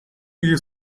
you